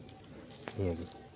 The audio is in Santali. ᱦᱮᱸ